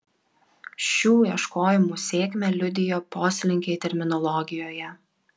šių ieškojimų sėkmę liudijo poslinkiai terminologijoje